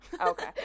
Okay